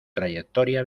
trayectoria